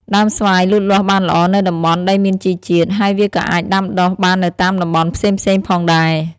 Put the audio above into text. ដើមស្វាយលូតលាស់បានល្អនៅតំបន់ដីមានជីជាតិ ហើយវាក៏អាចដាំដុះបាននៅតាមតំបន់ផ្សេងៗផងដែរ។